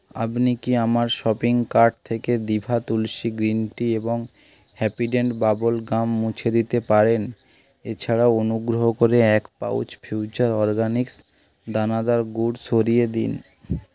আপনি কি আমার শপিং কার্ট থেকে দিভা তুলসি গ্রিন টি এবং হ্যাপিডেন্ট বাবলগাম মুছে দিতে পারেন এছাড়া অনুগ্রহ করে এক পাউচ ফিউচার অরগানিক্স দানাদার গুড় সরিয়ে দিন